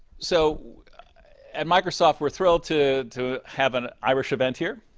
so at microsoft we're thrilled to to have an irish event here,